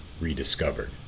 Rediscovered